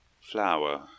Flower